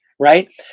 right